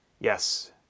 Yes